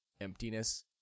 emptiness